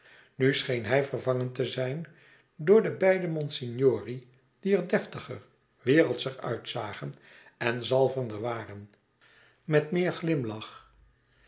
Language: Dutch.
nu scheen hij vervangen te zijn door de beide monsignore's die er deftiger wereldscher uitzagen en zalvender waren met meer glimlach